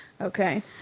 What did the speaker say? Okay